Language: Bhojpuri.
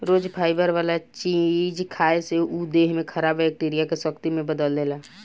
रोज फाइबर वाला चीज खाए से उ देह में खराब बैक्टीरिया के शक्ति में बदल देला